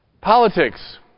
politics